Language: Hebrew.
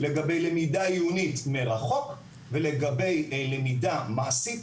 לגבי למידה עיונית מרחוק ולגבי מעשית,